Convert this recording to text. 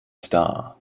star